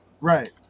right